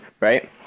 right